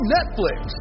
Netflix